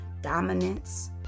dominance